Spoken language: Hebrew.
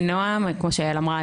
כמו שיעל אמרה,